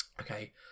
Okay